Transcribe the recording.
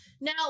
now